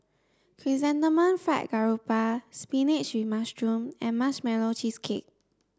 chrysanthemum fried garoupa spinach with mushroom and marshmallow cheesecake